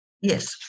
Yes